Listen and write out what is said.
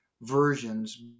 versions